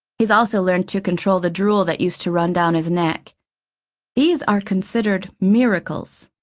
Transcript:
he's also learned to control the drool that used to run down his neck these are considered miracles.